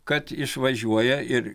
kad išvažiuoja ir